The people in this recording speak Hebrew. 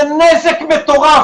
זה נזק מטורף.